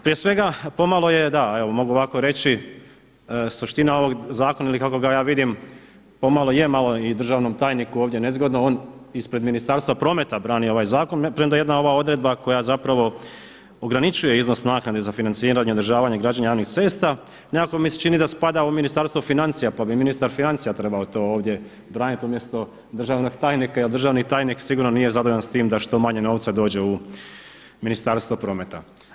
Prije svega pomalo je, da, evo mogu ovako reći, suština ovog zakona ili kako ga ja vidim pomalo je malo i državnom tajniku ovdje nezgodno on ispred Ministarstva prometa brani ovaj zakon premda jedna ova odredba koja zapravo ograničuje iznos naknade za financiranja, održavanja i građenje javnih cesta, nekako mi se čini da spada u Ministarstvo financija pa bi ministar financija trebao to ovdje braniti umjesto državnog tajnika jer državni tajnik sigurno nije zadovoljan s time da što manje novca dođe u Ministarstvo prometa.